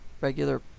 regular